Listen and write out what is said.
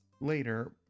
later